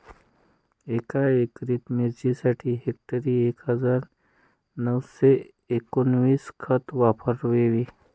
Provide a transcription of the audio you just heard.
एका एकरातील मिरचीसाठी हेक्टरी एक हजार नऊशे एकोणवीस खत वापरावे